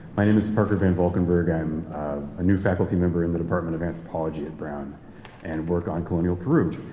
my name is parker vanvalkenburgh. i'm a new faculty member in the department of anthropology at brown and work on colonial peru.